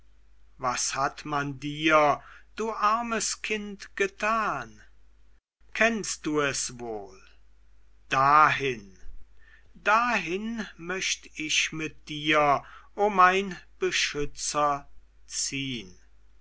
was hat man dir du armes kind getan kennst du es wohl dahin dahin möcht ich mit dir o mein beschützer ziehn